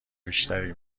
بیشتری